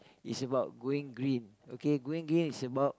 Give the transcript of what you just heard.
is about going green okay going green is about